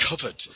covered